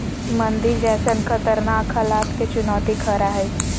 मंदी जैसन खतरनाक हलात के चुनौती खरा हइ